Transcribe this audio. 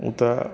तऽ